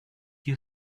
you